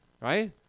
right